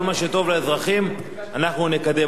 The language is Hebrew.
כל מה שטוב לאזרחים אנחנו נקדם.